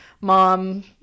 mom